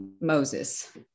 Moses